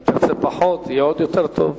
אם תרצה פחות, יהיה עוד יותר טוב.